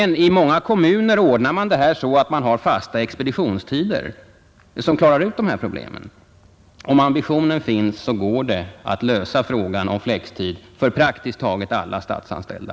I många kommuner ordnar man fasta expeditionstider, och klarar på så sätt ut dessa problem. Om ambitionen finns, så går det att lösa frågan om flextid för praktiskt taget alla statsanställda.